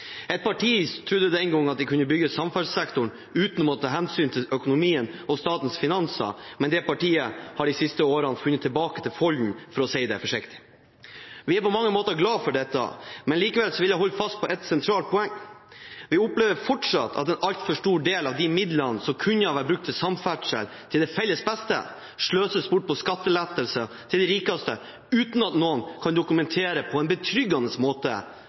Et parti trodde den gangen at de kunne bygge samferdselssektoren uten å ta hensyn til økonomien og statens finanser, men det partiet har de siste årene funnet tilbake til folden, for å si det forsiktig. Vi er på mange måter glad for dette, men jeg vil allikevel holde fast på et sentralt poeng: Vi opplever fortsatt at en altfor stor del av midlene som kunne ha blitt brukt på samferdsel til det felles beste, sløses bort på skattelettelser til de rikeste uten at noen på en betryggende måte